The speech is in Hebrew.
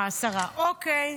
השרה, אוקיי.